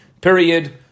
period